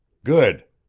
good!